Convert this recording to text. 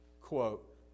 Quote